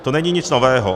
To není nic nového.